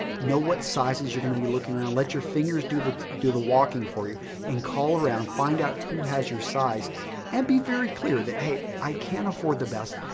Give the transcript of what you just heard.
know what sizes you're going to be looking around. let your fingers do the do the walking for you and call around, find out who has your size and be very clear that, hey, i can afford the best.